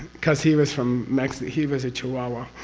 because he was from mexico, he was a chihuahua.